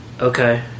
Okay